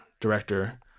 director